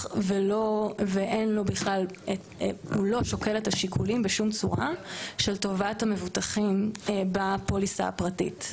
והוא לא שוקל את השיקולים בשום צורה של טובת המבוטחים בפוליסה הפרטית.